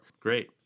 great